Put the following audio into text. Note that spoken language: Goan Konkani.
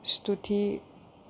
स्तुती